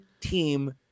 team